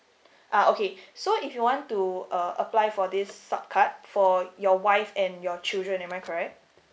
ah okay so if you want to uh apply for this sub card for your wife and your children am I correct